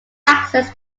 access